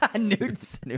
Nudes